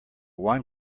wine